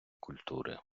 культури